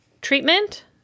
treatment